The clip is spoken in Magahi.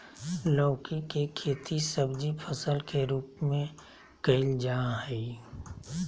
लौकी के खेती सब्जी फसल के रूप में कइल जाय हइ